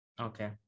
okay